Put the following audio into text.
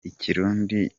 ikirundi